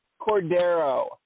Cordero